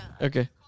Okay